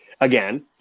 again